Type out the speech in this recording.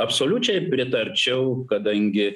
absoliučiai pritarčiau kadangi